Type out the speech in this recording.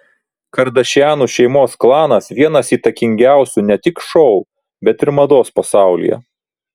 kardašianų šeimos klanas vienas įtakingiausių ne tik šou bet ir mados pasaulyje